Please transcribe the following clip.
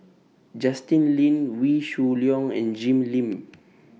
Justin Lean Wee Shoo Leong and Jim Lim